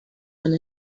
and